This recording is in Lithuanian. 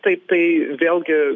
taip tai vėlgi